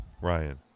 Ryan